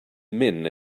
men